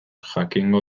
jakingo